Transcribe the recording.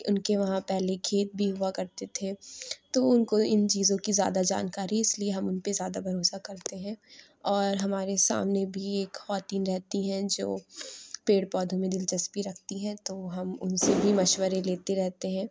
اُن کے وہاں پہلے کھیت بھی ہُوا کرتے تھے تو اُن کو اِن چیزوں کی زیادہ جانکاری اِس لیے ہم اُن پہ زیادہ بھروسہ کرتے ہیں اور ہمارے سامنے بھی ایک خواتین رہتی ہیں جو پیڑ پودھوں میں دِلچسپی رکھتی ہیں تو ہم اُن سے بھی مشورے لیتے رہتے ہیں